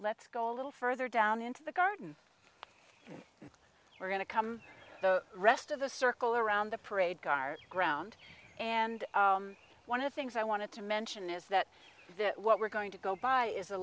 let's go a little further down into the garden we're going to come the rest of the circle around the parade gars ground and one of the things i wanted to mention is that what we're going to go by is a